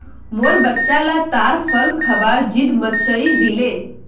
मोर बच्चा ला ताड़ फल खबार ज़िद मचइ दिले